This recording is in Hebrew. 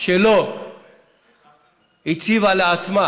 שלא הציבה לעצמה